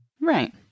Right